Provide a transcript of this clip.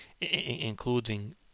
including